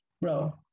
Bro